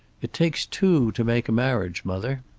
it takes two to make a marriage, mother.